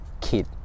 kid